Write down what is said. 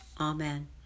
Amen